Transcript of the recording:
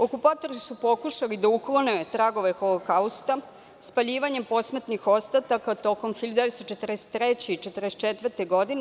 Okupatori su pokušali da uklone tragove Holokausta spaljivanjem posmrtnih ostataka tokom 1943. godine i 1944. godine.